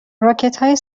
راکتهای